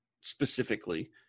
specifically